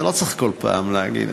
אתה לא צריך כל פעם להגיד.